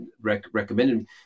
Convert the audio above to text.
recommended